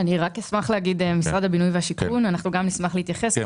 גם אנחנו, משרד הבינוי והשיכון, נשמח להתייחס.